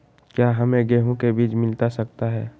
क्या हमे गेंहू के बीज मिलता सकता है?